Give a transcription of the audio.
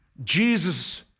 Jesus